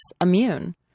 immune